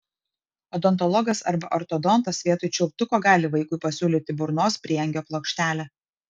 odontologas arba ortodontas vietoj čiulptuko gali vaikui pasiūlyti burnos prieangio plokštelę